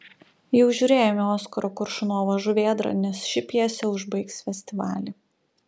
jau žiūrėjome oskaro koršunovo žuvėdrą nes ši pjesė užbaigs festivalį